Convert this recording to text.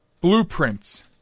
blueprints